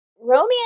romance